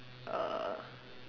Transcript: uh